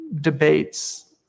debates